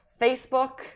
Facebook